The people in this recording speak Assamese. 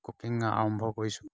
কুকিং আৰম্ভ কৰিছোঁ